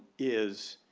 is